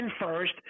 first